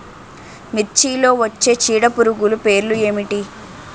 మిర్చిలో వచ్చే చీడపురుగులు పేర్లు ఏమిటి?